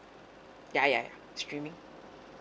ya ya ya streaming